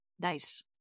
Nice